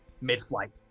mid-flight